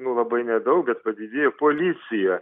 nu labai nedaug bet padidėjo policija